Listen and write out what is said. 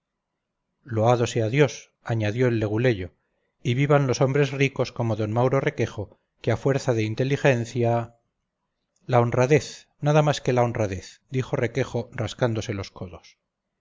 loado sea dios añadió el leguleyo y vivan los hombres ricos como d mauro requejo que a fuerza de inteligencia la honradez nada más que la honradez dijo requejo rascándose los codos